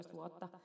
vuotta